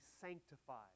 sanctified